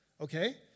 Okay